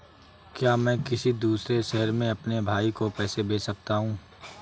क्या मैं किसी दूसरे शहर में अपने भाई को पैसे भेज सकता हूँ?